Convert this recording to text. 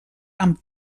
amb